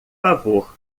favor